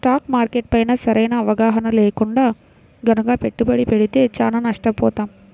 stock market పైన సరైన అవగాహన లేకుండా గనక పెట్టుబడి పెడితే చానా నష్టపోతాం